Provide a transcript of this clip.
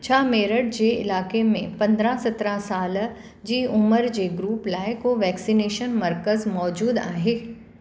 छा मेरठ जे इलाइक़े में पंदरहं सत्रहं साल जी उमिरि जे ग्रूप लाइ को वैक्सनेशन मर्कज़ मौजूदु आहे